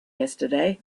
yesterday